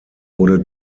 wurde